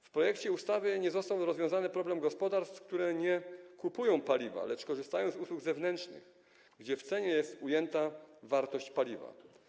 W projekcie ustawy nie został rozwiązany problem gospodarstw, które nie kupują paliwa, lecz korzystają z usług zewnętrznych, w których cenie jest ujęta wartość paliwa.